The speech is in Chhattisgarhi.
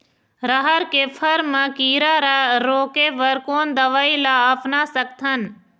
रहर के फर मा किरा रा रोके बर कोन दवई ला अपना सकथन?